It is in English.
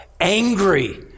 angry